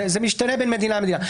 זה משתנה בין מדינה למדינה.